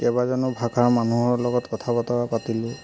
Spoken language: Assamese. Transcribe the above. কেইবাজনো ভাষাৰ মানুহৰ লগত কথা বতৰা পাতিলোঁ